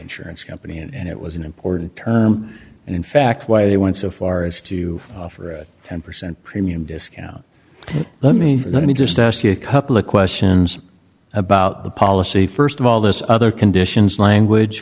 insurance company and it was an important term and in fact why they went so far as to offer a ten percent premium discount let me let me just ask you a couple of questions about the policy st of all this other conditions language